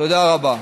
תודה רבה.